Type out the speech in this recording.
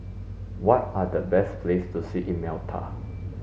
what are the best places to see in Malta